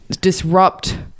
disrupt